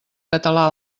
català